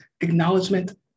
acknowledgement